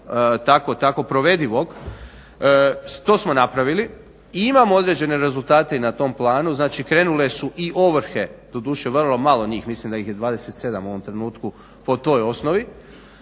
imali tako provedivog to smo napravili. I imamo određene rezultate i na tom planu. Znači, krenule su i ovrhe, doduše vrlo malo njih, mislim da ih je 27 u ovom trenutku po toj osnovi,